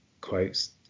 quotes